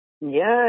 Yes